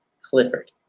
Clifford